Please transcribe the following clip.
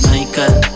Michael